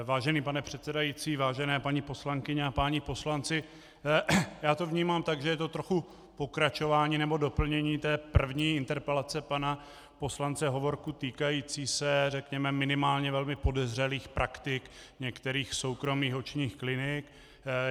Vážený pane předsedající, vážené paní poslankyně a páni poslanci, já to vnímám tak, že je to trochu pokračování nebo doplnění první interpelace pana poslance Hovorky týkající se řekněme minimálně velmi podezřelých praktik některých soukromých očních klinik.